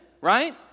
right